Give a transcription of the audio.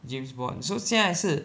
James Bond so 现在是